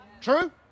True